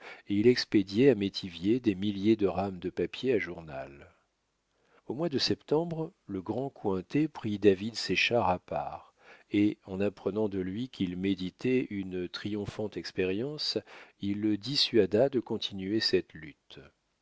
et il expédiait à métivier des milliers de rames de papier à journal au mois de septembre le grand cointet prit david séchard à part et en apprenant de lui qu'il méditait une triomphante expérience il le dissuada de continuer cette lutte